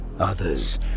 Others